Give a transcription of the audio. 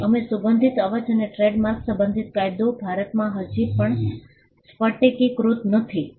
તેથી અમે સુગંધિત અવાજ અને ટ્રેડમાર્ક્સ સંબંધિત કાયદો ભારતમાં હજી પણ સ્ફટિકીકૃત નથી